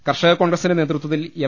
കർഷക കോൺഗ്രസിന്റെ നേതൃത്വത്തിൽ എം